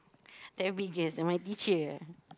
my teacher ah